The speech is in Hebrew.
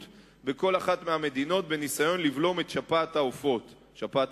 של כל אחת מהמדינות בניסיון לבלום את שפעת החזירים,